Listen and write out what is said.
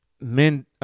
men